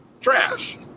trash